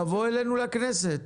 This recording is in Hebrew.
לבוא אלינו לכנסת.